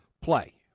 play